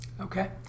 Okay